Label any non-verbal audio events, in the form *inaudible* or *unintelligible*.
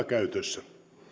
*unintelligible* käytössä